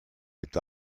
est